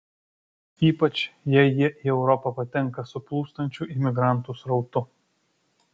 ypač jei jie į europą patenka su plūstančiu imigrantų srautu